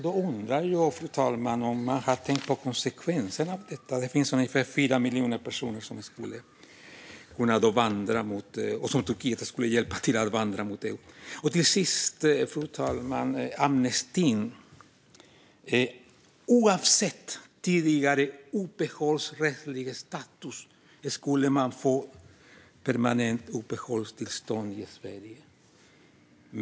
Då undrar jag om ni har tänkt på konsekvenserna av detta. Det finns ungefär 4 miljoner personer som Turkiet då skulle kunna hjälpa att vandra mot Europa. Till sist undrar jag över detta med amnestin. Oavsett tidigare uppehållsrättslig status skulle man få permanent uppehållstillstånd i Sverige.